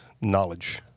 knowledge